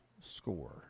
score